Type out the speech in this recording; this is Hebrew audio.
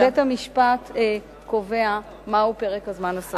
בית-המשפט קובע מהו פרק הזמן הסביר.